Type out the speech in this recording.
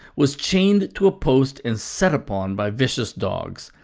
was chained to a post and set upon by vicious dogs.